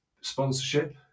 sponsorship